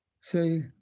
say